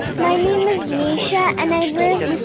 my name is nisha. and i live